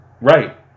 Right